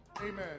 amen